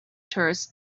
tourists